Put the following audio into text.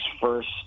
first